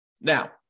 Now